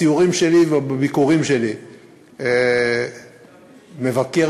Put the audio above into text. בסיורים שלי ובביקורים שלי אני מבקר